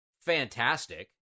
fantastic